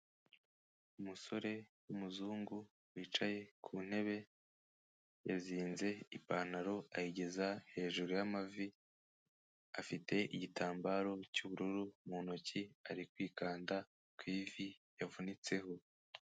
Umusore w'umuzungu wicaye ku ntebe, yazinze ipantaro ayigeza hejuru y'amavi, afite igitambaro cy'ubururu mu ntoki ari kwikanda ku ivi yavunitseho.